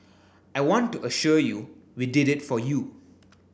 I want to assure you we did it for you